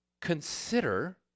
consider